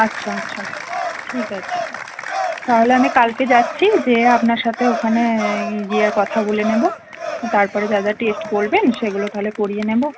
আচ্ছা আচ্ছা ঠিক আছে তাহলে আমি কালকে যাচ্ছি যেয়ে আপনার সাথে ওখানে গিয়ে কথা বলে নেব তারপরে যা যা টেস্ট বলবেন সেগুলো তাহলে করিয়ে নেব